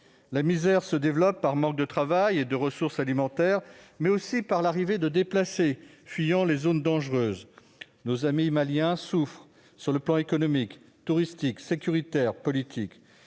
La misère se développe, par manque de travail et de ressources alimentaires, mais aussi par l'arrivée de déplacés fuyant les zones dangereuses. Nos amis Maliens souffrent sur les plans économique, touristique, sécuritaire et politique.